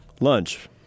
lunch